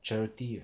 charity ah